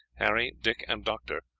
harry, dick, and doctor,